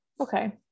okay